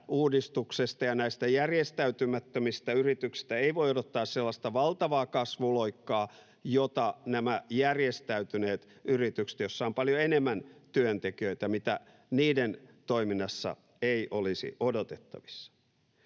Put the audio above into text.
uudistuksesta ja näistä järjestäytymättömistä yrityksistä ei voi odottaa sellaista valtavaa kasvuloikkaa, jota järjestäytyneiden yritysten, joissa on paljon enemmän työntekijöitä, toiminnassa ei olisi odotettavissa.